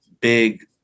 big